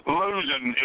losing